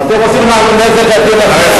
חבר הכנסת בן-ארי.